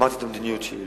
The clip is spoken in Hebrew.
אמרתי מה המדיניות שלי,